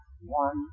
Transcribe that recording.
one